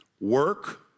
Work